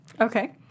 Okay